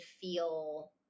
feel